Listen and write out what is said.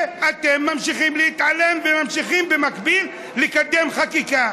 ואתם ממשיכים להתעלם וממשיכים במקביל לקדם חקיקה.